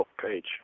page